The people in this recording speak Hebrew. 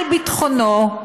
על ביטחונו,